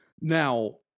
now